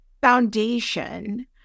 foundation